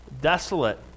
desolate